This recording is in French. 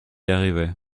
arriver